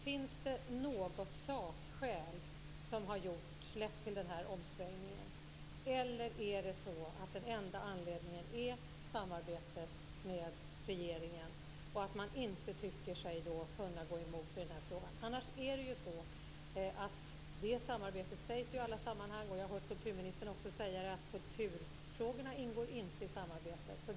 Finns det något sakskäl som har lett till denna omsvängning? Eller är den enda anledningen samarbetet med regeringen, och att man därför inte tycker sig kunna gå emot i den här frågan? Annars är det så - vilket sägs i alla sammanhang, och jag har även hört kulturministern säga det - att kulturfrågorna inte ingår i samarbetet.